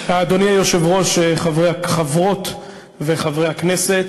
אדוני היושב-ראש, חברות וחברי הכנסת,